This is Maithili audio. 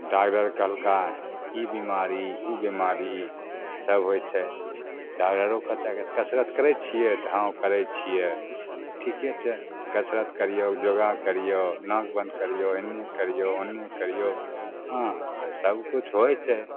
डॉक्डर कहलका ई बीमारी ओ बीमारी सब होइ छै डॉक्डरो कहता कसरत करै छियै तऽ हँ करै छियै ठीके छै कसरत करियौ योगा करियौ नाक बंद करियौ इन्ने करियौ ओन्ने करियौ हँ तऽ सब किछु होइ छै